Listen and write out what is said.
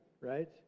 right